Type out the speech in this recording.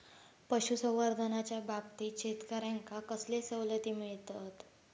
पशुसंवर्धनाच्याबाबतीत शेतकऱ्यांका कसले सवलती मिळतत?